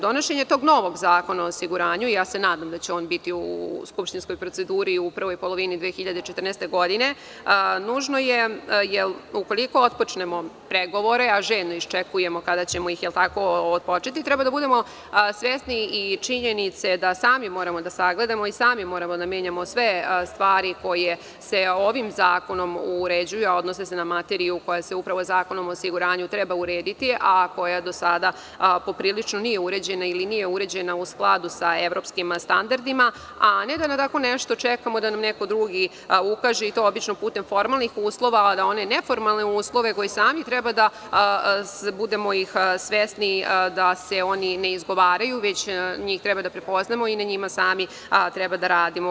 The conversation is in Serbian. Donošenje tog novog Zakona o osiguranju, nadam se da će on biti u skupštinskoj proceduri u prvoj polovini 2014. godine, nužno je, jer ukoliko otpočnemo pregovore, a željno iščekujemo kada ćemo ih otpočeti, treba da budemo svesni i činjenice da sami moramo da sagledamo i sami moramo da menjamo sve stvari koje se ovim zakonom uređuju, a odnose se na materiju koja se upravo Zakonom o osiguranju treba urediti, a koja do sada poprilično nije uređena ili nije uređena u skladu sa evropskim standardima, a ne da na tako nešto čekamo da nam neko drugi ukaže i to obično putem formalnih uslova, a da one neformalne uslove koje sami treba da ih budemo svesni da se oni ne izgovaraju već njih treba da prepoznamo i na njima sami treba da radimo.